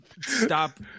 stop